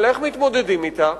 אבל איך מתמודדים אתה?